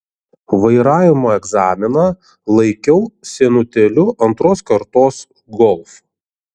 vairavimo egzaminą laikiau senutėliu antros kartos golf